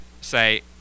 say